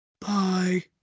Bye